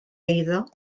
eiddo